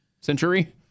century